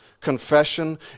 confession